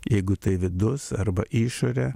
jeigu tai vidus arba išorė